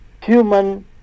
human